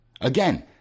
Again